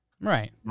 Right